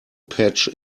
patch